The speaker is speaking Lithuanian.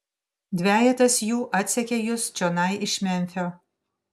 dvejetas jų atsekė jus čionai iš memfio